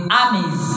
armies